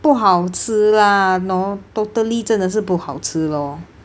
不好吃 lah know totally 真的是不好吃 lor